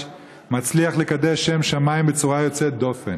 מצליח לקדש שם שמיים בצורה יוצאת דופן.